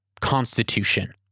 constitution